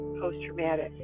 post-traumatic